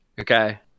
Okay